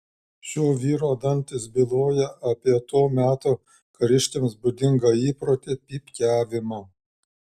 šio vyro dantys byloja apie to meto kariškiams būdingą įprotį pypkiavimą